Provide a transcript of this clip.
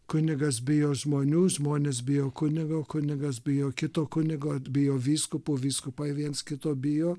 kunigas bijo žmonių žmonės bijo kunigo kunigas bijo kito kunigo bijo vyskupo vyskupai viens kito bijo